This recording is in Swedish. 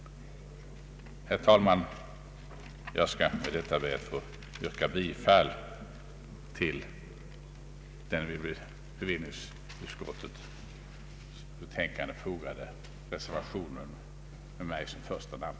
Herr talman! Med detta ber jag att få yrka bifall till den vid bevillningsutskottets betänkande fogade reservationen med mig som första namn.